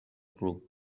club